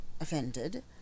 offended